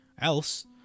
else